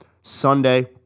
Sunday